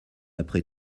après